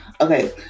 Okay